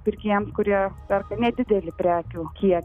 pirkėjams kurie